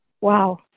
Wow